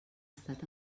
estat